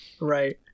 Right